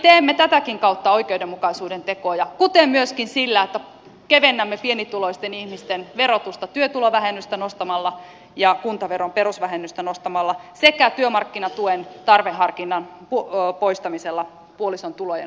teemme tätäkin kautta oikeudenmukaisuuden tekoja kuten myöskin sillä että kevennämme pienituloisten ihmisten verotusta työtulovähennystä nostamalla ja kuntaveron perusvähennystä nostamalla sekä työmarkkinatuen tarveharkinnan poistamisella puolison tulojen osalta